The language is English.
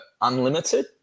unlimited